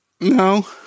No